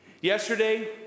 Yesterday